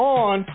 on